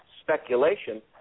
speculation